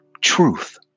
Truth